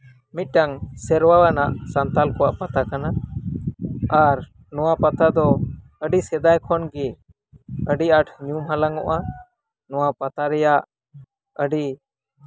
ᱢᱤᱫᱴᱟᱝ ᱥᱮᱨᱣᱟ ᱟᱱᱟᱜ ᱥᱟᱱᱛᱟᱞ ᱠᱚᱣᱟᱜ ᱯᱟᱛᱟ ᱠᱟᱱᱟ ᱟᱨ ᱱᱚᱣᱟ ᱯᱟᱛᱟ ᱫᱚ ᱟᱹᱰᱤ ᱥᱮᱫᱟᱭ ᱠᱷᱚᱱᱜᱮ ᱟᱹᱰᱤ ᱟᱸᱴ ᱧᱩᱢ ᱦᱟᱞᱟᱝ ᱚᱜᱼᱟ ᱱᱚᱣᱟ ᱯᱟᱛᱟ ᱨᱮᱭᱟᱜ ᱟᱹᱰᱤ